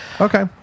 Okay